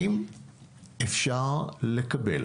אם אפשר לקבל